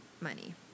money